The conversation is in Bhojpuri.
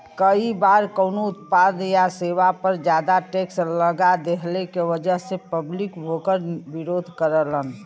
कई बार कउनो उत्पाद या सेवा पर जादा टैक्स लगा देहले क वजह से पब्लिक वोकर विरोध करलन